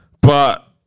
But-